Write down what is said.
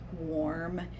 warm